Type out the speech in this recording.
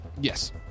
Yes